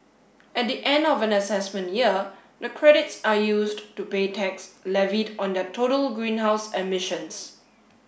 at the end of an assessment year the credits are used to pay tax levied on their total greenhouse emissions